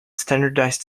standardized